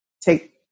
take